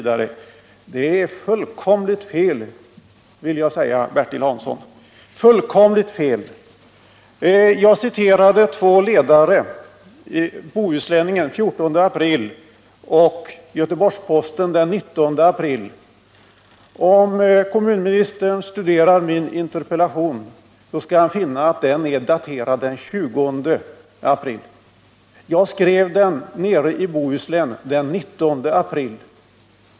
Det är fullkomligt fel, vill jag säga Bertil Hansson. Jag citerade två ledare, en i Bohusläningen den 14 april och en i Göteborgs-Posten den 19 april. Om kommunministern studerar min interpellation skall han finna att den är daterad den 20 april. Jag skrev den nere i Bohuslän den 19 april.